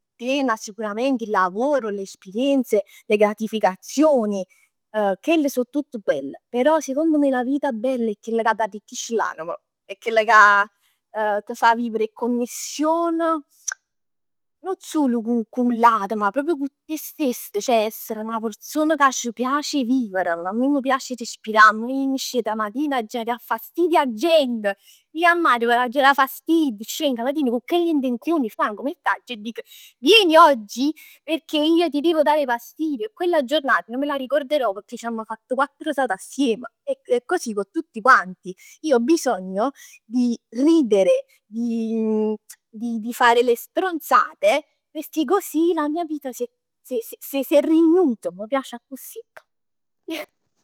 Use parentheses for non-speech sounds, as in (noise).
Piena sicuramente, il lavoro, l'esperienze, le gratificazioni, chell so tutte belle, però secondo me 'na vita bella è chellallà ca t'arricchisce l'anema. È chella ca t'fa vivere 'e commission, nun sul cu cu l'ate, ma proprio cu te stess. Ceh 'a essere 'na persona ca c' piace a viver. 'A me m'piace 'e respirà, 'a me ij m' scet 'a matin e aggia dà fastidio 'a gent. Ij a Mario l'aggia dà fastidio, sceng 'a matin cu chell'intenzion e dico vieni oggi? Perchè io ti devo dare fastidio e quella giornata io me la ricorerò pecchè c'amma fatt quatt risate assieme e così con tutti quanti. Io ho bisogno di ridere. (hesitation) Di fare le stronzate perchè così la mia vita s- s- sè regnut e m'piac accussì.